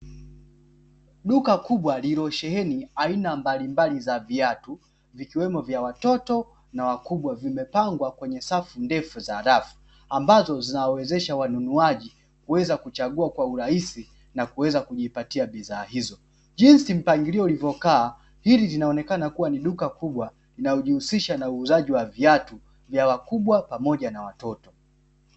Duka kubwa lililosheheni aina mbalimbali za viatu vikiwemo vya watoto na wakubwa. Vimepangwa kwenye safu ndefu za rafu ambazo zinawezesha wanunuaji kuweza kuchagua kwa urahisi na kuweza kujipatia bidhaa hizo. Jinsi mpamgilio ulivyokaa hili linaonekana kuwa ni duka kubwa linalijihusisha na uuzajji wa viatu vya wakubwa pamoja na watoto.